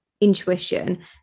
intuition